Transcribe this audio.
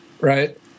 right